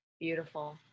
Beautiful